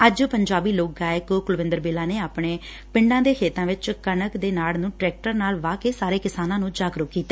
ਅੱਜ ਪੰਜਾਬੀ ਲੋਕ ਗਾਇਕ ਕੁਲਵਿੰਦਰ ਬਿੱਲਾ ਨੇ ਆਪਣੇ ਪਿੰਡ ਦੇ ਖੇਤਾਂ ਵਿੱਚ ਕੇਣਕ ਦੇ ਨਾੜ ਨੂੰ ਟਰੈਕਟਰ ਨਾਲ ਵਾਹਕੇ ਸਾਰੇ ਕਿਸਾਨਾਂ ਨੂੰ ਜਾਗਰੂਕ ਕੀਤਾ